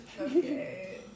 Okay